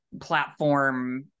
platform